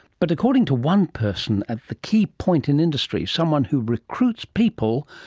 but according to one person at the key point in industry, someone who recruits people,